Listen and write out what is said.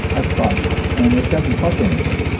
i promise, and it doesn't cost anything.